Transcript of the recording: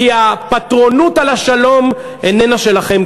כי הפטרונות על השלום איננה שלכם,